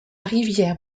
rivière